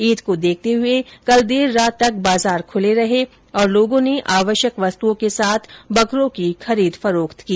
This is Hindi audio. ईद को देखते हुए कल देर रात तक बाजार खुले रहे और लोगों ने आवश्यक वस्तुओं के साथ बकरों की खरीद फरोख्त की